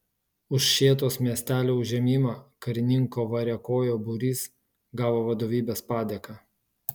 už šėtos miestelio užėmimą karininko variakojo būrys gavo vadovybės padėką